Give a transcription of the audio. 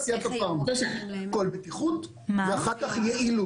בטיחות ואחר כך יעילות.